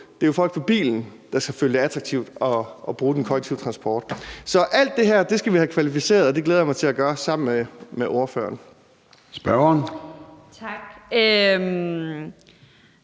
Det er folk, der tager bilen, der skal føle det attraktivt at bruge den kollektive transport. Så alt det her skal vi have kvalificeret, og det glæder jeg mig til at gøre sammen med spørgeren. Kl.